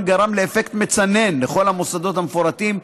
גרם לאפקט מצנן בכל המוסדות המפורטים,